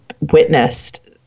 witnessed